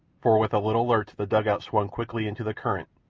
for with a little lurch the dugout swung quickly into the current,